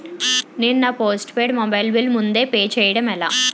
నేను నా postpaid mobile bill ముందే పే చేయడం ఎలా?